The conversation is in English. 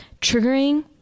triggering